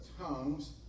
tongues